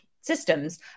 systems